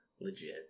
legit